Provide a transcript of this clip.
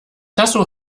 tasso